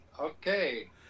Okay